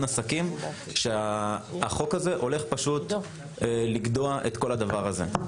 עסקים שהחוק הזה הולך פשוט לגדוע את כל הדבר הזה.